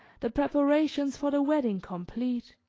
the preparations for the wedding complete,